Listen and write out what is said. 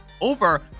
over